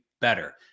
better